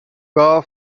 گاو